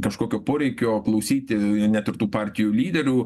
kažkokio poreikio klausyti net ir tų partijų lyderių